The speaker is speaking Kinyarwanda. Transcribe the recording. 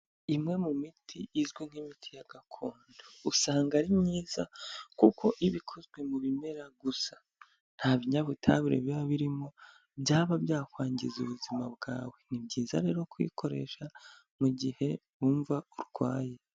Imwe mu miti izwi nk'imiti ya gakondo usanga ari myiza kuko iba ikozwe mu bimera gusa, nta binyabutabire biba birimo byaba byakwangiza ubuzima bwawe, ni byiza rero kuyikoresha mu gihe wumva urwaye.